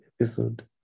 episode